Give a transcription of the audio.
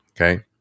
Okay